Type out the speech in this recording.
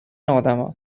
آدما